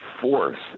force